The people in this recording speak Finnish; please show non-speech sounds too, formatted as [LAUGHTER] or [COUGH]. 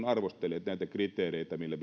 [UNINTELLIGIBLE] arvostelleet näitä kriteereitä millä [UNINTELLIGIBLE]